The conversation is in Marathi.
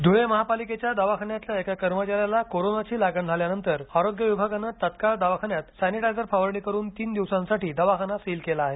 धुळे महापालिकेच्या दवाखान्यातल्या एका कर्मचाऱ्याला कोरोनाची लागण झाल्यानंतर आरोग्य विभागानं तत्काळ दवाखान्यात सॅनिटाझर फवारणी करुन तीन दिवसांसाठी दवाखाना सील केला आहे